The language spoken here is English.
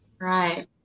Right